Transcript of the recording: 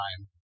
time